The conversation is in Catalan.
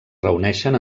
reuneixen